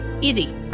easy